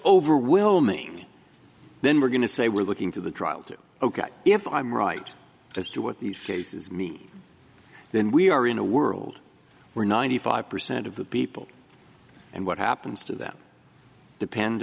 overwhelming then we're going to say we're looking to the trial to ok if i'm right as to what these cases me then we are in a world where ninety five percent of the people and what happens to them depend